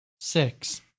six